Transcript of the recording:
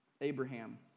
Abraham